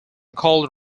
called